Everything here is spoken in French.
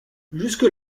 jusque